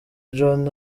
john